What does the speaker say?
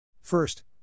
First